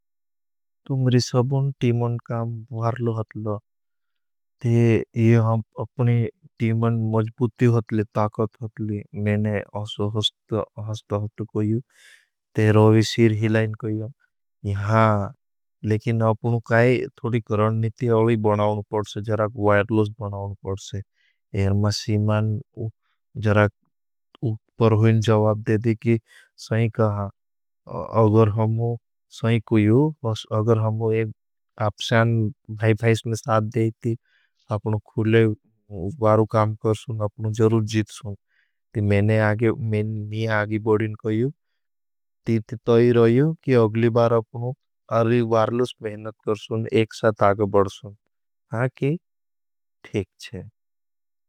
तुमरी सबों टीमन काम वारलो हतला। ते यहां अपनी टीमन मजबुत्य हतली, ताकत हतली, मेंने अशोहस्तहत कोई। ते रोविशीर हिलाइन कोई। यहां, लेकिन अपनु काई थोड़ी करण नित्यालोई बनाऊन पड़से, जराक वायरलोस बनाऊन पड़से। अगर हम एक आपस्यान भाई भाईस में साथ देती, अपनु खुले वारु काम करसुन, अपनु जरूर जीत सुन। ती मेंने आगे, में, मी आगी बढ़िन कोई। ती, ती तोई रोय। कि अगली बार अपनु अर्ली वारुलोस मेंनत करसुन, एक साथ आगे बढ़सुन। हाँ कि ठेक छे।